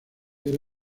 era